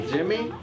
Jimmy